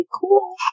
Cool